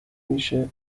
میشه